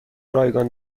رایگان